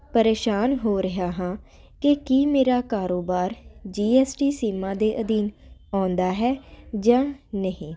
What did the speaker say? ਪਰੇਸ਼ਾਨ ਹੋ ਰਿਹਾ ਹਾਂ ਕਿ ਕੀ ਮੇਰਾ ਕਾਰੋਬਾਰ ਜੀਐਸਟੀ ਸੀਮਾ ਦੇ ਅਧੀਨ ਆਉਂਦਾ ਹੈ ਜਾਂ ਨਹੀਂ